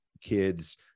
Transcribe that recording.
kids